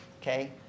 Okay